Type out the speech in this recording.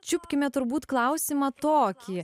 čiupkime turbūt klausimą tokį